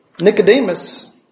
Nicodemus